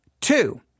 Two